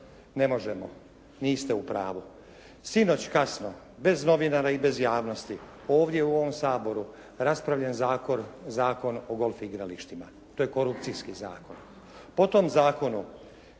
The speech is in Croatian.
Ne možemo. Niste u pravu. Sinoć kasno bez novinara i bez javnosti ovdje u ovom Saboru raspravljen Zakon o golf igralištima. To je korupcijski zakon.